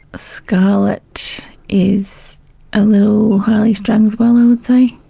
scarlet is a little highly strung as well, i would say.